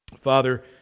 Father